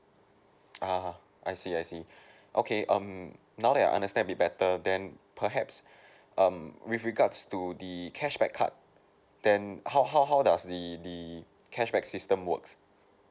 uh I see I see okay um now that I understand it better then perhaps um with regards to the cashback card then how how how does the the cashback system works